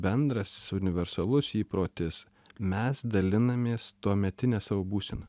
bendras universalus įprotis mes dalinamės tuometine savo būsena